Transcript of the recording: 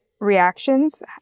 reactions